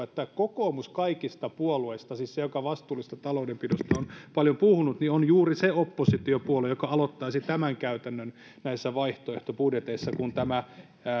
että kaikista puolueista kokoomus siis se joka vastuullisesta taloudenpidosta on paljon puhunut on juuri se oppositiopuolue joka aloittaisi tämän käytännön näissä vaihtoehtobudjeteissa kun